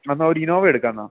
എന്നാൽ ഒരു ഇന്നോവ എടുക്കാം എന്നാൽ